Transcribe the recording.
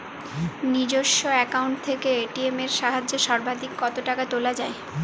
নিজস্ব অ্যাকাউন্ট থেকে এ.টি.এম এর সাহায্যে সর্বাধিক কতো টাকা তোলা যায়?